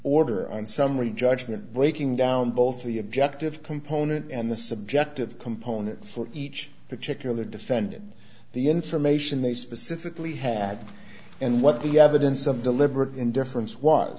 order and summary judgment breaking down both the objective component and the subjective component for each particular defendant the information they specifically had and what the evidence of deliberate indifference was